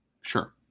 Sure